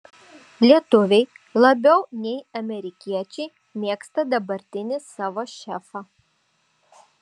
lietuviai labiau nei amerikiečiai mėgsta dabartinį savo šefą